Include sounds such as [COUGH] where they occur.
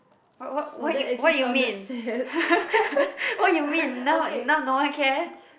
what what what you what you mean [LAUGHS] what you mean now now no one care